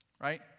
Right